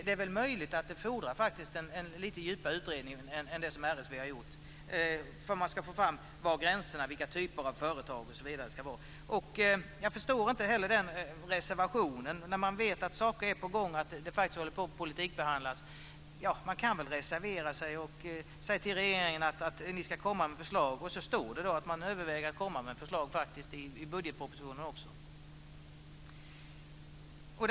Det är möjligt att det fordrar en lite djupare utredning än den som Riksskatteverket har gjort för att man ska få fram var gränserna ska gå, vilka typer av företag det ska gälla osv. Jag förstår inte heller den reservationen. Man vet att saker är på gång och att frågan faktiskt håller på att behandlas politiskt. Det är klart att man kan reservera sig och säga till regeringen att man ska komma med förslag. Så stod det faktiskt i budgetpropositionen också. Man överväger att komma med förslag.